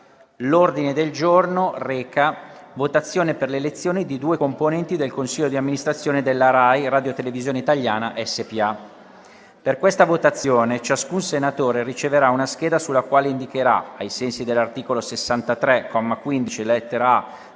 L'ordine del giorno reca: «Votazione per l'elezione di due componenti del consiglio di amministrazione della RAI-Radiotelevisione italiana SpA». Per questa votazione ciascun senatore riceverà una scheda sulla quale indicherà, ai sensi dell'articolo 63, comma 15, lettera